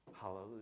Hallelujah